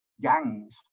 gangs